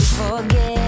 forget